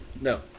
No